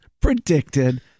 predicted